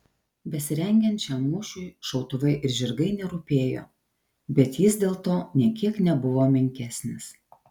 besirengiant šiam mūšiui šautuvai ir žirgai nerūpėjo bet jis dėl to nė kiek nebuvo menkesnis